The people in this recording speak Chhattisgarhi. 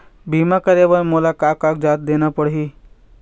बीमा करे बर मोला का कागजात देना पड़ही?